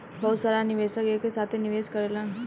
बहुत सारा निवेशक एक साथे निवेश करेलन